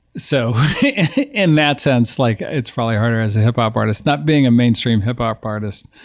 so in that sense, like it's probably harder as a hip-hop artist, not being a mainstream hip-hop artist.